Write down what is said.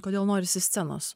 kodėl norisi scenos